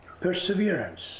perseverance